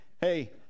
hey